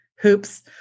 hoops